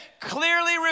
clearly